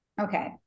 Okay